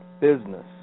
business